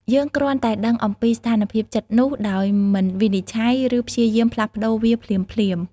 យើងគ្រាន់តែដឹងអំពីស្ថានភាពចិត្តនោះ ដោយមិនវិនិច្ឆ័យ ឬព្យាយាមផ្លាស់ប្ដូរវាភ្លាមៗ។